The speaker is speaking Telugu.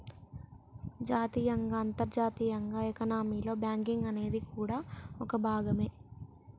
జాతీయంగా అంతర్జాతీయంగా ఎకానమీలో బ్యాంకింగ్ అనేది కూడా ఓ భాగమే